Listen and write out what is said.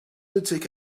lunatic